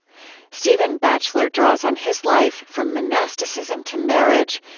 stephen batchelor draws on his life from monasticism to marriage,